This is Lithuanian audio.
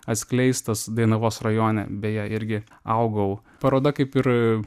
atskleistas dainavos rajone beje irgi augau paroda kaip ir